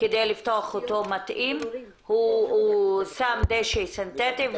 כדי לפתוח אותו מתאים - הוא שם דשא סינטטי,